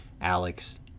Alex